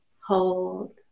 hold